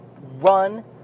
run